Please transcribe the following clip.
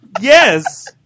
Yes